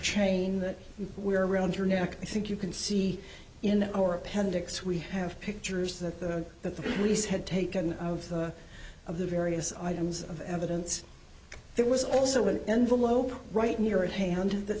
chain that were around her neck i think you can see in our appendix we have pictures that the that the police had taken out of the various items of evidence there was also an envelope right near at hand that